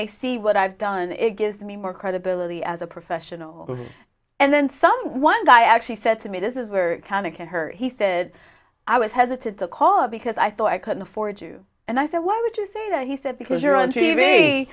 they see what i've done it gives me more credibility as a professional and then some one guy actually said to me this is were kind of her he said i was hesitant to call it because i thought i couldn't afford to and i said why would you say that he said because you're on t